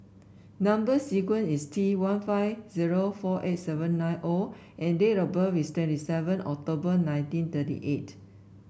number sequence is T one five zero four eight seven nine O and date of birth is twenty seven October nineteen thirty eight